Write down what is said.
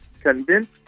convinced